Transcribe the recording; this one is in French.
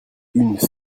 une